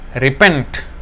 repent